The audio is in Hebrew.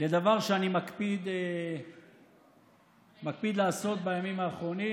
לדבר שאני מקפיד לעשות בימים האחרונים